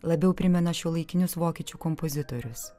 labiau primena šiuolaikinius vokiečių kompozitorius